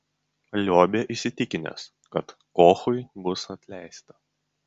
liobė įsitikinęs kad kochui bus atleista